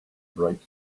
bright